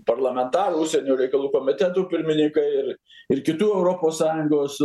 parlamentarai užsienio reikalų komitetų pirmininkai ir ir kitų europos sąjungos